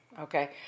okay